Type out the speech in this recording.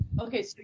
Okay